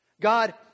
God